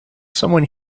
someone